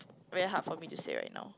very hard for me to say right now